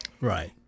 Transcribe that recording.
Right